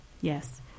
yes